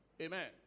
Amen